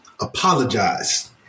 apologize